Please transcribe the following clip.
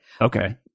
Okay